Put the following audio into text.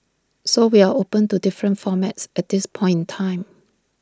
so we are open to different formats at this point in time